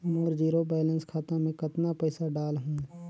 मोर zero balance खाता मे कतना पइसा डाल हूं?